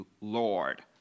Lord